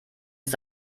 ist